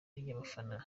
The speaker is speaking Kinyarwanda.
y’abafana